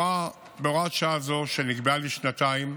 בהוראת שעה זו, שנקבעה לשנתיים,